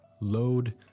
load